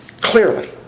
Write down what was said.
clearly